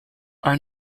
are